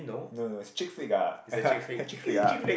no no no is chick flick ah ya chick flick ah